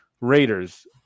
Raiders